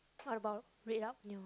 what about red up new